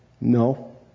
no